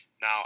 Now